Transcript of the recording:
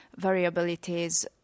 variabilities